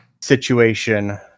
situation